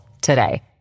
today